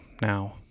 now